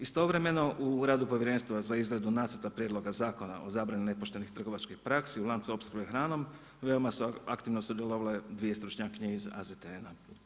Istovremeno u radu Povjerenstva za izradu Nacrta prijedloga Zakona o zabrani nepoštenih trgovačkih praksi u lancu opskrbe hranom veoma su aktivno sudjelovale dvije stručnjakinje iz AZTN.